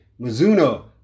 Mizuno